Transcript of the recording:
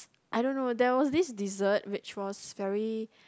I don't know there was this dessert which was very